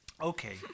Okay